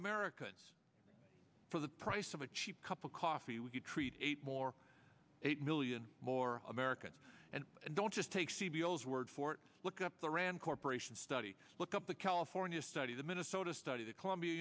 americans for the price of a cheap cup of coffee would you treat eight more eight million more americans and don't just take c b o's word for it look up the rand corporation study look up the california study the minnesota study the columbia